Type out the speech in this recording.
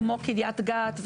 כמו קריית גת,